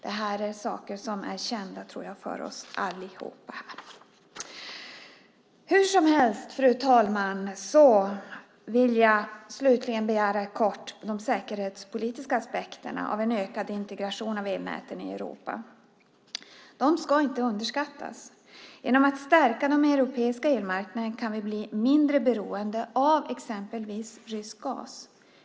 Det här är saker som är kända, tror jag, för oss allihop här. Fru talman! Jag vill slutligen kort beröra de säkerhetspolitiska aspekterna av en ökad integration av elnäten i Europa. De ska inte underskattas. Genom att vi stärker den europeiska elmarknaden kan vi bli mindre beroende av exempelvis rysk gas.